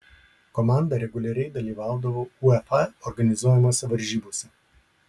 komanda reguliariai dalyvaudavo uefa organizuojamose varžybose